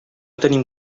tenim